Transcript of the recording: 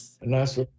nice